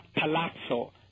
palazzo